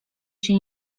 się